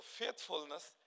faithfulness